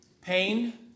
pain